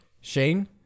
Shane